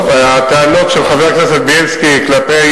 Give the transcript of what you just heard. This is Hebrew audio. טוב, הטענות של חבר הכנסת בילסקי כלפי